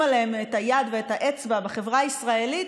עליהן את היד ואת האצבע בחברה הישראלית,